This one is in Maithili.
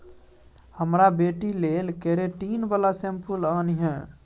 हमर बेटी लेल केरेटिन बला शैंम्पुल आनिहे